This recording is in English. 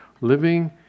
living